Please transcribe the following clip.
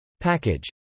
Package